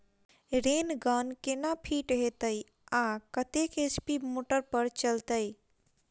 Rain gun केना fit हेतइ आ कतेक एच.पी मोटर पर चलतै?